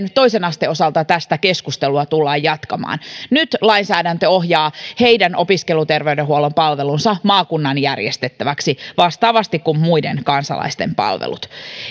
toisen asteen opiskelijoiden osalta tästä keskustelua tullaan jatkamaan nyt lainsäädäntö ohjaa heidän opiskeluterveydenhuollon palvelunsa maakunnan järjestettäväksi vastaavasti kuin muiden kansalaisten palvelut